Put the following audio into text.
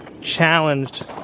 challenged